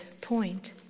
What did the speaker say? point